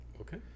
Okay